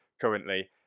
currently